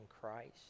Christ